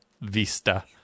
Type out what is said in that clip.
vista